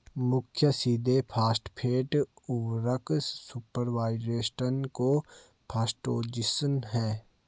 मुख्य सीधे फॉस्फेट उर्वरक सुपरफॉस्फेट और फॉस्फोजिप्सम हैं